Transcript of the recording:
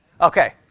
Okay